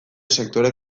sektore